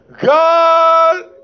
God